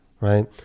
right